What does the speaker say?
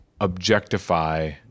objectify